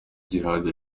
djihad